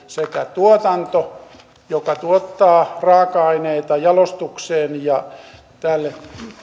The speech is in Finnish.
tuotanto joka tuottaa raaka aineita jalostukseen ja tälle